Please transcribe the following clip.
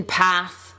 path